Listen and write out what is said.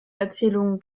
erzählung